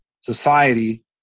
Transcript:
society